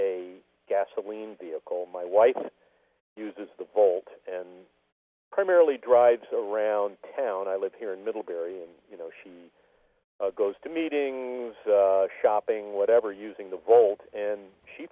a gasoline vehicle my wife uses the volt and primarily drives around town i live here in middlebury and you know she goes to meetings shopping whatever using the volt and she